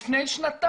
כבר לפני שנתיים,